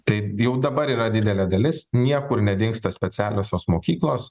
tai jau dabar yra didelė dalis niekur nedingsta specialiosios mokyklos